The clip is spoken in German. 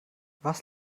was